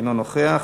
אינו נוכח.